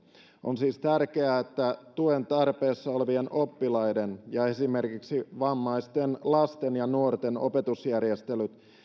on siis tärkeää että tuen tarpeessa olevien oppilaiden ja esimerkiksi vammaisten lasten ja nuorten opetusjärjestelyt